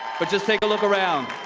but just take a look around.